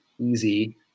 easy